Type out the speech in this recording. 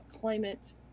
climate